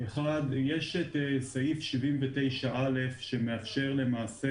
יש את סעיף 79(א) שלמעשה